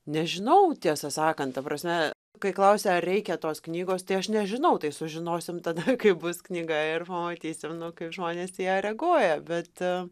nežinau tiesą sakant ta prasme kai klausia ar reikia tos knygos tai aš nežinau tai sužinosim tada kai bus knyga ir pamatysim nu kaip žmonės į ją reaguoja bet